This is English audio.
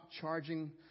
charging